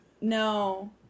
No